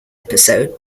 episode